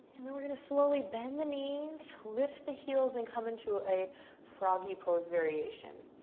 and then we're gonna slowly bend the knees. lift the heels and come into a froggy pose variation.